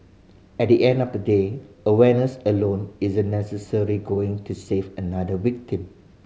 at the end of the day awareness alone isn't necessarily going to save another victim